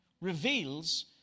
reveals